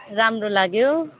राम्रो लाग्यो